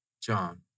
John